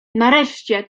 nareszcie